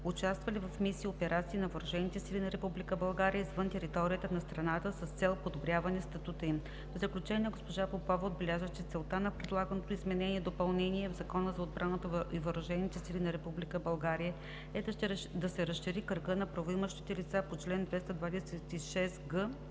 участвали в мисии и операции на въоръжените сили на Република България извън територията на страната с цел подобряване статуса им. В заключение госпожа Попова отбеляза, че целта на предлаганото изменение и допълнение в Закона за отбраната и въоръжените сили на Република България е да се разшири кръгът на правоимащите лица по чл. 226г